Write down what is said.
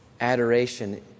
adoration